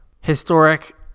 historic